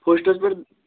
فٕشٹَس پٮ۪ٹھ